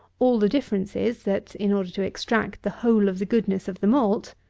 all the difference is, that, in order to extract the whole of the goodness of the malt,